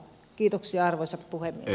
kiitoksia arvoisa puhemies